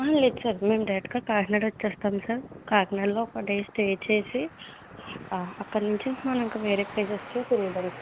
లేదు సర్ మేమ్ డైరెక్ట్ గా కాకినాడొచ్చేస్తాం సర్ కాకినాడలో ఒక డే స్టే చేసి ఆ అక్కడ్నుంచి మనమింక వేరే ప్లేసెస్కి తిరుగుదాం సార్